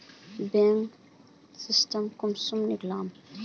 Bank statement कुंसम करे निकलाम?